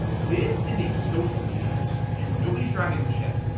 this is a social media event and nobody's driving the ship.